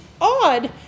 odd